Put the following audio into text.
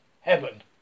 Heaven